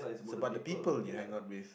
it's about the people you hangout with